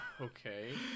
Okay